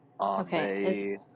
Okay